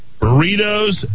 Burritos